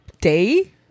day